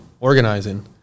organizing